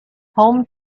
home